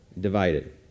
divided